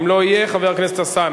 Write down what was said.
אם הוא לא יהיה באולם, חבר הכנסת אלסאנע.